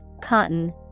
cotton